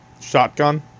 shotgun